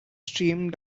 streamed